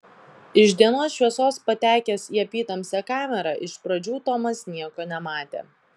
iš dienos šviesos patekęs į apytamsę kamerą iš pradžių tomas nieko nematė